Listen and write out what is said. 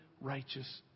righteous